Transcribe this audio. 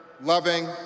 loving